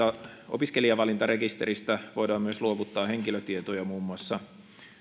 opiskelijavalintarekisteristä voidaan myös luovuttaa henkilötietoja muun muassa